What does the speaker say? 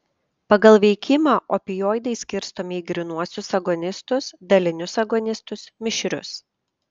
pagal veikimą opioidai skirstomi į grynuosius agonistus dalinius agonistus mišrius